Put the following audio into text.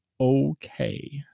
okay